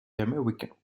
américains